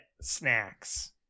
snacks